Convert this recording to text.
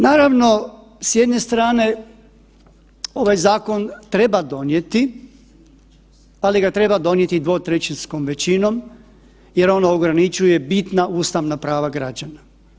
Naravno, s jedne strane ovaj zakon treba donijeti, ali ga treba donijeti 2/3 većinom jer on ograničuje bitna ustavna prava građana.